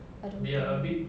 I don't care